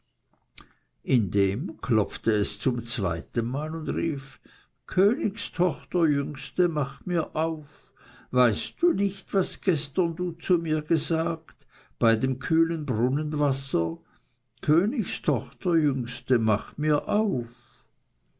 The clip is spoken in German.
indem klopfte es zum zweitenmal und rief königstochter jüngste mach mir auf weißt du nicht was gestern du zu mir gesagt bei dem kühlen brunnenwasser königstochter jüngste mach mir auf